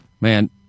Man